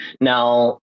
Now